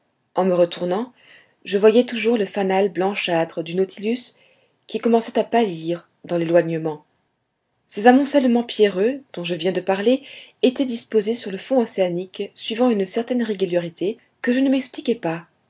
en me retournant je voyais toujours le fanal blanchâtre du nautilus qui commençait à pâlir dans l'éloignement ces amoncellements pierreux dont je viens de parler étaient disposés sur le fond océanique suivant une certaine régularité que je ne m'expliquais pas